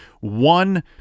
one